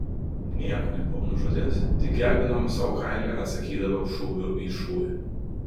nieko nebuvau nužudęs tik gelbėdamas savo kailį atsakydavau šūviu į šūvį